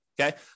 Okay